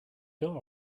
got